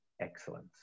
excellence